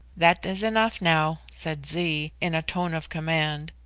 that is enough now, said zee, in a tone of command.